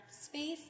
space